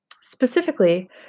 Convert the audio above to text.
Specifically